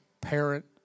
parent